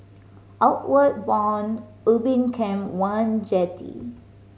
Outward Bound Ubin Camp One Jetty